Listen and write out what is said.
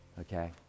Okay